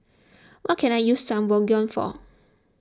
what can I use Sangobion for